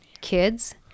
kids